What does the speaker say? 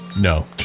No